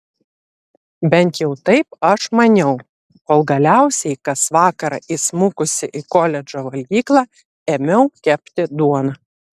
bent jau taip aš maniau kol galiausiai kas vakarą įsmukusi į koledžo valgyklą ėmiau kepti duoną